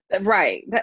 Right